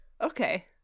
okay